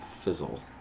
fizzle